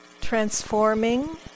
Transforming